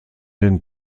den